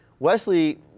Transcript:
Wesley